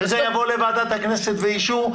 וזה יעבור לוועדת הכנסת לאישור.